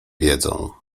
wiedzą